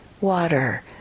water